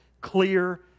clear